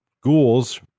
ghouls